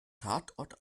tatort